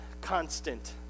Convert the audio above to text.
constant